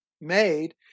made